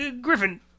Griffin